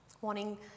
wanting